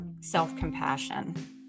self-compassion